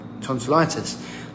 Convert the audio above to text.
tonsillitis